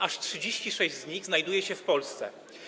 Aż 36 z nich znajduje się w Polsce.